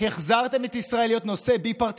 החזרתם את ישראל להיות בי-פרטיזני.